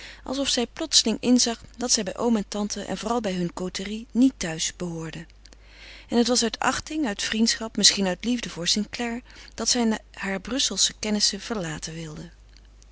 alsof zij plotseling inzag dat zij bij oom en tante en vooral bij hunne côterie niet thuis behoorde en het was uit achting uit vriendschap misschien uit liefde voor st clare dat zij hare brusselsche vrienden verlaten wilde